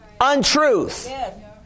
Untruth